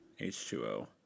H2O